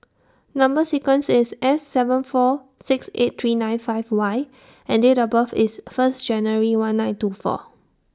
Number sequence IS S seven four six eight three nine five Y and Date of birth IS First January one nine two four